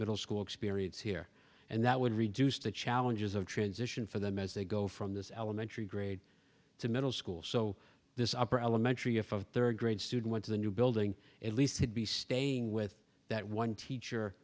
middle school experience here and that would reduce the challenges of transition for them as they go from this elementary grade to middle school so this upper elementary if a third grade student went to the new building at least he'd be staying with that one teacher